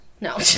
No